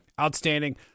Outstanding